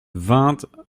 vingt